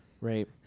Right